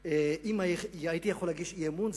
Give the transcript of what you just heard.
הייתי יכול להגיש אי-אמון,